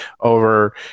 over